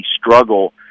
struggle